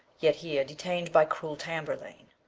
yet here detain'd by cruel tamburlaine.